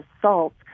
assault